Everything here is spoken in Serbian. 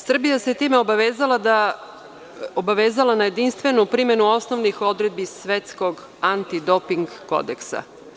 Srbija se time obavezala na jedinstvenu primenu osnovnih odredbi Svetskog antidoping kodeksa.